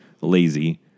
lazy